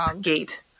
gate